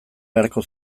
beharko